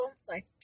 Sorry